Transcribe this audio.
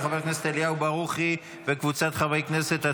של חבר הכנסת אליהו ברוכי וקבוצת חברי הכנסת.